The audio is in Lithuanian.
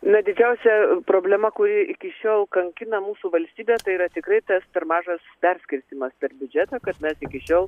na didžiausia problema kuri iki šiol kankina mūsų valstybę tai yra tikrai tas per mažas perskirstymas per biudžetą kad mes iki šiol